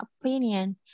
opinion